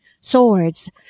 swords